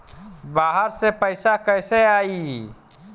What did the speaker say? बाहर से पैसा कैसे आई?